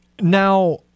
Now